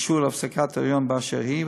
אישור להפסקת היריון באשר היא,